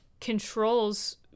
controls